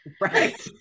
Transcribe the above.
right